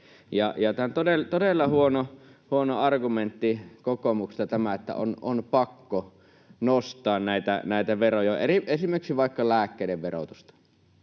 tämä on todella huono argumentti kokoomukselta, että on pakko nostaa näitä veroja, esimerkiksi vaikka lääkkeiden verotusta.